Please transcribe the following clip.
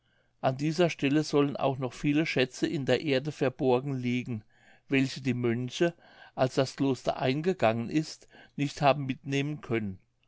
an dieser stelle sollen auch noch viele schätze in der erde verborgen liegen welche die mönche als das kloster eingegangen ist nicht haben mitnehmen können